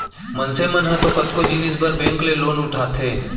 मनसे मन ह तो कतको जिनिस बर बेंक ले लोन उठाथे